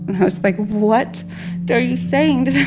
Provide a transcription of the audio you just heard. and i was like, what are you saying?